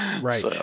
right